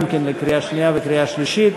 גם כן לקריאה שנייה וקריאה שלישית.